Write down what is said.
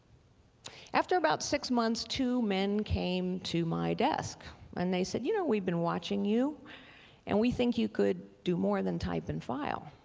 after about six months two men came to my desk and they said, you know, we've been watching you and we think you could do more than type and file.